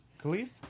Khalif